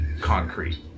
concrete